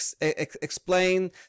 explain